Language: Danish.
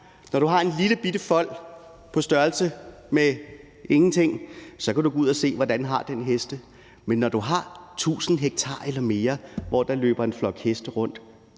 når du har en lillebitte fold på størrelse med ingenting, så kan gå ud og se, hvordan den hest har det, men at du, når du har 1.000 ha eller mere, hvor der løber en flok heste rundt,